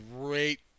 great